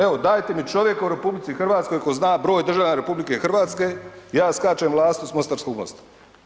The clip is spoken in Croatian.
Evo, dajte mi čovjeka u RH tko zna broj državljana RH, ja skačem lastu s Mostarskog mosta.